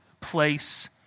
place